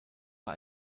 bei